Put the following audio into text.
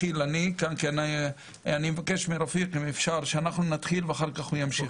אם אפשר, שאנחנו נתחיל ואחר כך הוא ימשיך.